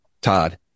Todd